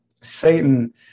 Satan